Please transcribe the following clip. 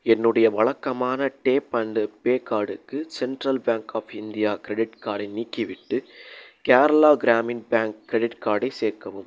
என்னுடைய வழக்கமான tap and pay கார்டுக்கு Central bank of India credit கார்டை நீக்கிவிட்டு கேரளா கிராமின் பேங்க் கிரெடிட் கார்டை சேர்க்கவும்